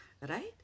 Right